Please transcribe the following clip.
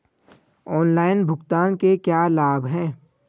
Online भुगतान के क्या लाभ हैं?